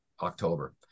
October